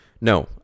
No